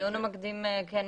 המיון המקדים כן מקובל.